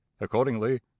accordingly